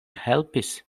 helpis